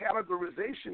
categorization